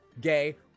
gay